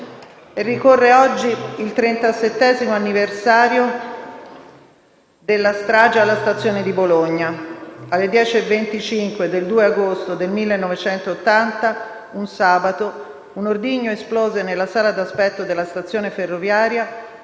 ricorre il 37° anniversario della strage alla stazione di Bologna: alle 10,25 del 2 agosto del 1980, un sabato, un ordigno esplose nella sala d'aspetto della stazione ferroviaria,